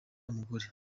abagore